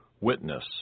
witness